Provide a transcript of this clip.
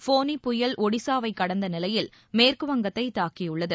ஃபோனி புயல் ஒடிசாவை கடந்த நிலையில் மேற்குவங்கத்தை தாக்கியுள்ளது